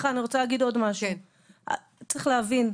משהו נוסף,